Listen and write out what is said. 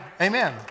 amen